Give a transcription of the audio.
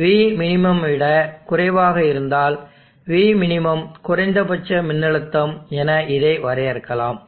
Vmin ஐ விட குறைவாக இருந்தால் Vmin குறைந்தபட்ச மின்னழுத்தம் என இதை வரையறுக்கலாம்